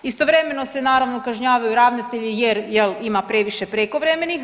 Istovremeno se naravno kažnjavaju ravnatelji, jer ima previše prekovremenih.